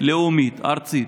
לאומית ארצית